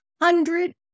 hundred